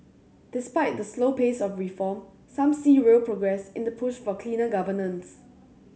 despite the slow pace of reform some see real progress in the push for cleaner governance